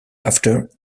after